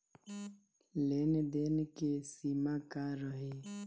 लेन देन के सिमा का रही?